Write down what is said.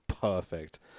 perfect